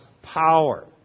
Power